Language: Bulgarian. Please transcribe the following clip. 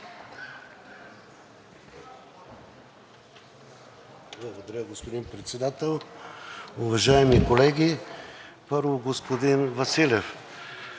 Благодаря, господин Председател. Уважаеми колеги! Първо, господин Василев.